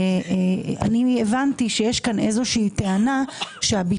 אבל אני הבנתי שיש כאן איזה שהיא טענה שהביטול